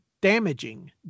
damaging